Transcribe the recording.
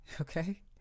Okay